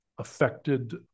Affected